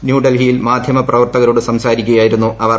ന്യൂഡൽഹിയിൽ മാധ്യമപ്രവർത്തകരോട് സംസാരിക്കുകയായിരുന്നു അവർ